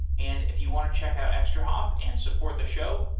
and if you want to check out extrahop and support the show,